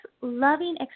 loving